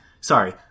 sorry